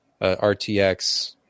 RTX